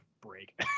break